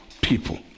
people